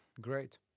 Great